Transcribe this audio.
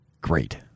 Great